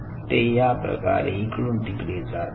ते याप्रकारे इकडून तिकडे जातात